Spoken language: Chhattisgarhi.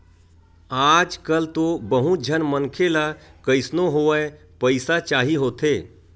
आजकल तो बहुत झन मनखे ल कइसनो होवय पइसा चाही होथे